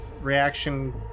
reaction